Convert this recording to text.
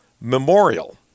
Memorial